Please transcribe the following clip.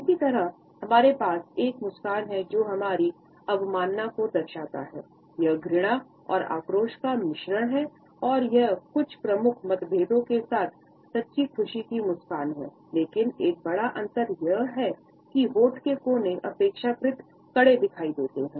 इसी तरह हमारे पास एक मुस्कान है जो हमारी अवमानना को दर्शाता है यह घृणा और आक्रोश का मिश्रण है और यह कुछ प्रमुख मतभेदों के साथ सच्ची खुशी की मुस्कान के लेकिन एक बड़ा अंतर यह है कि होंठ के कोने अपेक्षाकृत कड़े दिखाई देते हैं